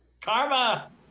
Karma